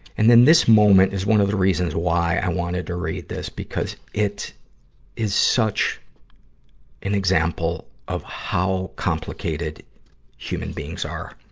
and then this moment was one of the reasons why i wanted to read this, because it is such an example of how complicated human beings are.